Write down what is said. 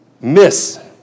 miss